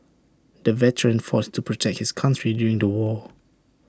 the veteran fought to protect his country during the war